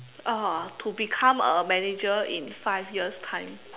uh to become a manager in five years time